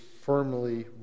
firmly